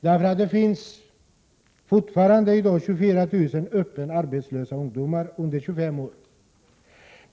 Det finns fortfarande i dag 24 000 öppet arbetslösa ungdomar under 25 år.